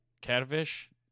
Catfish